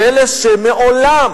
לאלה שמעולם